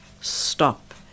stop